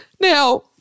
now